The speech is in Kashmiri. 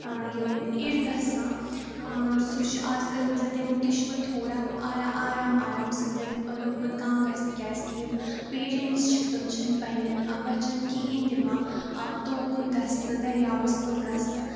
یِم یِرٕ گَژھان سُہ چھُ اَزکَل مطلب تمیُک تہِ چھُ وۄنۍ تھوڑا آرام آرام سۭتٮ۪ن لوٚگمُت کَم گَژھنہٕ کیٛازکہِ یِم پیرَنٹٕس چھِ تِم چھِنہٕ پنہٕ نٮ۪ن بَچَن کِہیٖنٛۍ دِوان توٚرکُن گژھنہٕ دٔریاوَس کُن گَژھنہٕ